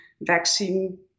vaccine